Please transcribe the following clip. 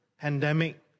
pandemic